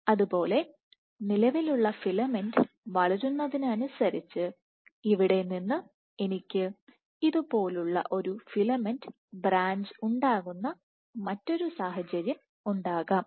അതുപോലെ നിലവിലുള്ള ഫിലമെന്റ് വളരുന്നതിന് അനുസരിച്ച് ഇവിടെ നിന്ന് എനിക്ക് ഇതുപോലുള്ള ഒരു ഫിലമെന്റ് ബ്രാഞ്ച് ഉണ്ടാകുന്ന മറ്റൊരു സാഹചര്യം ഉണ്ടാകാം